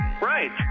Right